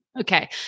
Okay